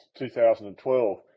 2012